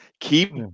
Keep